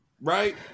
right